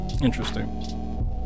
Interesting